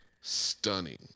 stunning